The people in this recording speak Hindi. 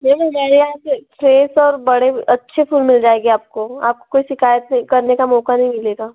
मैम हमारे यहाँ से फ्रेस और बड़े अच्छे फूल मिल जाएंगे आपको आपको कोई शिकायत करने का मौका नहीं मिलेगा